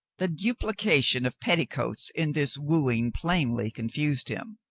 the duplication of petticoats in this wooing plainly confused him.